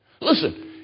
Listen